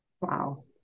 Wow